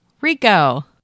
Rico